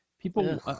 people